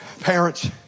Parents